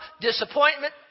disappointment